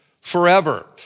forever